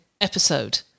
episode